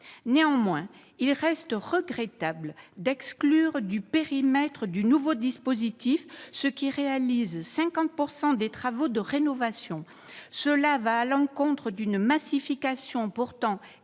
Néanmoins, il reste regrettable d'exclure du périmètre du nouveau dispositif ceux qui réalisent 50 % des travaux de rénovation. Cela va à l'encontre d'une massification pourtant